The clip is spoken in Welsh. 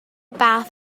bach